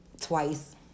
Twice